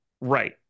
Right